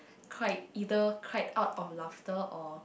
cried either cried out of laughter or